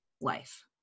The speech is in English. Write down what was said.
life